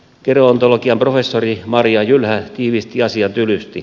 gerontologian professori marja jylhä tiivisti asian tylysti